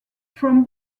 from